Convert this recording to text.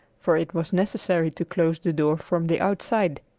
for it was necessary to close the door from the outside.